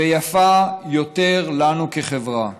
ויפה יותר לנו כחברה.